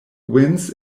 wins